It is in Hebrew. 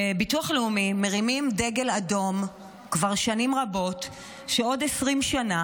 ביטוח לאומי מרימים דגל אדום כבר שנים רבות שעוד 20 שנה